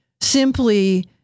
simply